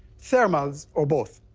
thermals, or both.